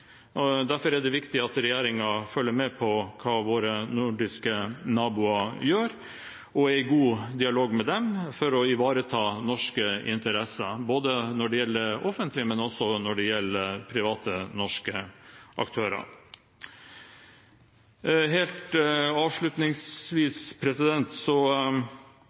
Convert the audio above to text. Derfor er det viktig at regjeringen følger med på hva våre nordiske naboer gjør og er i god dialog med dem, for å ivareta norske interesser, når det gjelder både offentlige aktører og private, norske aktører. Helt avslutningsvis: